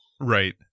right